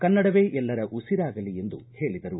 ಕನ್ನಡವೇ ಎಲ್ಲರ ಉಸಿರಾಗಲಿ ಎಂದು ಹೇಳಿದರು